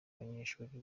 banyeshuri